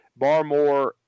Barmore